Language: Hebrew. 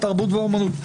התרבות והאמנות,